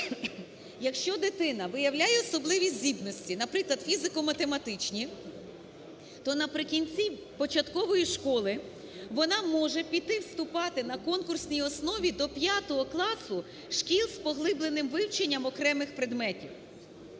якщо дитина виявляє особливі здібності, наприклад, фізико-математичні, то наприкінці початкової школи вона може піти вступати на конкурсній основі до 5-го класу шкіл з поглибленим вивченням окремих предметів